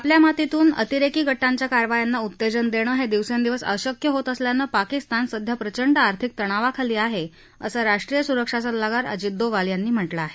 आपल्या मातीतून अतिरेकी गटांच्या कारवायांना उत्तेजन देणं हे दिवसेंदिवस अशक्य होत असल्यानं पाकिस्तान सध्या प्रचंड आर्थिक तणावाखाली आहे असं राष्ट्रीय सुरक्षा सल्लागार अजित डोवाल यांनी म्हटलं आहे